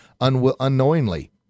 unknowingly